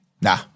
Nah